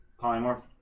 Polymorph